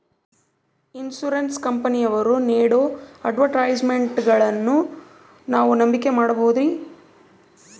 Insurance ಕಂಪನಿಯವರು ನೇಡೋ ಅಡ್ವರ್ಟೈಸ್ಮೆಂಟ್ಗಳನ್ನು ನಾವು ನಂಬಿಕೆ ಮಾಡಬಹುದ್ರಿ?